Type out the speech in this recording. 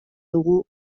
dugu